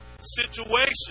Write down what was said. situation